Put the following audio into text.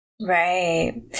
Right